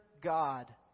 God